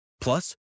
Plus